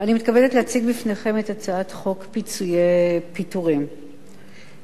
אני מתכבדת להציג בפניכם את הצעת חוק פיצוי פיטורים (תיקון,